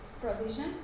provision